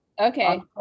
Okay